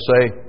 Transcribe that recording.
say